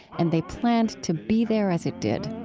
and they planned to be there as it did